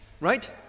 right